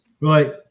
Right